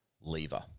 lever